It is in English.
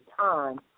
time